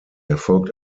erfolgt